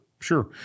Sure